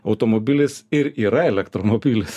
automobilis ir yra elektromobilis